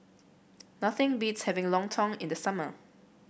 nothing beats having lontong in the summer